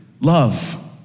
love